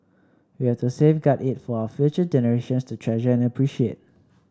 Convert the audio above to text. we have to safeguard it for our future generations to treasure and appreciate